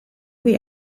cui